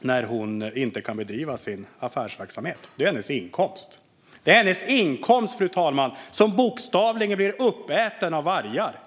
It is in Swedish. när hon inte kan bedriva sin affärsverksamhet. Det är hennes inkomst, fru talman, som bokstavligen blir uppäten av vargar.